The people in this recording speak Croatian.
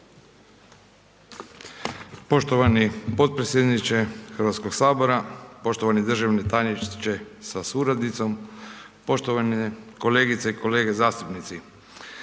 Poštovani potpredsjedniče Hrvatskoga sabora, poštovani državni tajniče sa suradnicom, poštovane kolegice i kolege zastupnici.